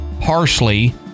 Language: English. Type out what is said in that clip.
parsley